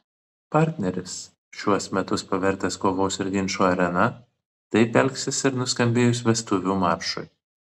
partneris šiuos metus pavertęs kovos ir ginčų arena taip elgsis ir nuskambėjus vestuvių maršui